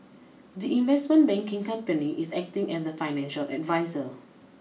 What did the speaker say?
the investment banking company is acting as the financial adviser